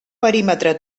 perímetre